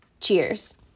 Cheers